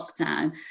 lockdown